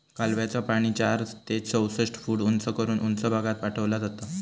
कालव्याचा पाणी चार ते चौसष्ट फूट उंच करून उंच भागात पाठवला जाता